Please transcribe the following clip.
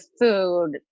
food